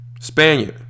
Spaniard